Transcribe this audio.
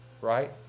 right